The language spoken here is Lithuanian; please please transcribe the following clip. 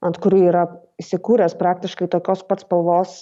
ant kurių yra įsikūręs praktiškai tokios pat spalvos